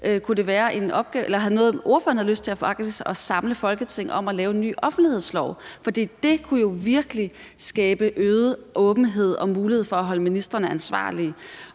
trods alt ved at lykkes med det – om ordføreren har lyst til faktisk at samle Folketinget om at lave en ny offentlighedslov, for det kunne jo virkelig skabe øget åbenhed og mulighed for at holde ministrene ansvarlige.